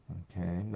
okay